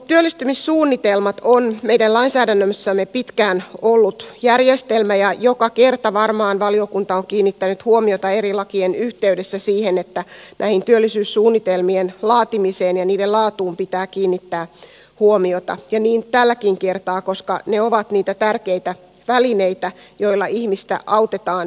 työllistymissuunnitelmat on meidän lainsäädännössämme pitkään ollut järjestelmä ja varmaan joka kerta valiokunta on kiinnittänyt huomiota eri lakien yhteydessä siihen että työllisyyssuunnitelmien laatimiseen ja niiden laatuun pitää kiinnittää huomiota ja niin tälläkin kertaa koska ne ovat niitä tärkeitä välineitä joilla ihmistä autetaan työhön